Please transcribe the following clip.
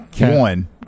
One